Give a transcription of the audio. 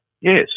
yes